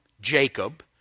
Jacob